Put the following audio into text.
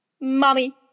Mommy